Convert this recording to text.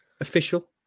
official